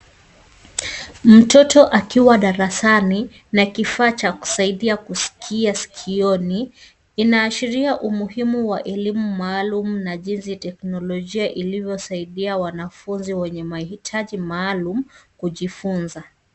Mtoto akiwa darasani na kifaa cha kusaidia kuskia maskioni, inaashiria umuhimu wa elimu maalum na jinsi teknolojia ilivyosaidia wanafunzi wenye mahitaji maalum kujifunza.